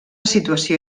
situació